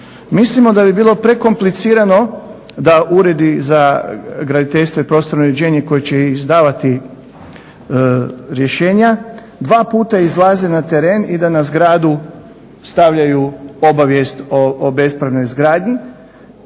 Mislimo da bi bilo prekomplicirano da uredi za graditeljstvo i prostorno uređenje koji će izdavati rješenja dva puta izlaze na teren i da na zgradu stavljaju obavijest o bespravnoj izgradnji,